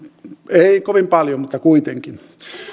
ei kovin paljon mutta kuitenkin